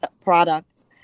products